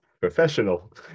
Professional